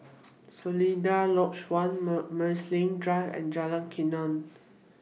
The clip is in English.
Seletar Lodge one Mall Marsiling Drive and Jalan Kuning